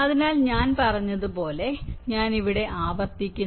അതിനാൽ ഞാൻ പറഞ്ഞതുപോലെ ഇവിടെ ഞാൻ ഇവിടെ ആവർത്തിക്കുന്നു